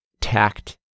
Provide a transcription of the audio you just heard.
tact